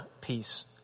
peace